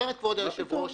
כבוד היושב-ראש,